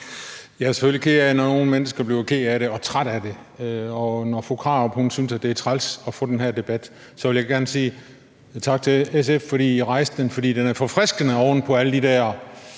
Jeg er selvfølgelig ked af, når nogle mennesker bliver kede af det og trætte af det, og når fru Marie Krarup synes, det er træls at få den her debat, vil jeg gerne sige tak til SF for, at de rejste den. For den er forfriskende oven på alle de der